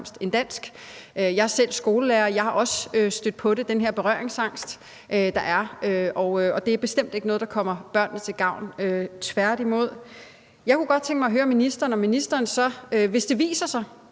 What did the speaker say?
Jeg er selv skolelærer, og jeg er også stødt på den her berøringsangst, der er, og det er bestemt ikke noget, der kommer børnene til gavn, tværtimod. Jeg kunne godt tænke mig at høre, hvad ministeren så har tænkt sig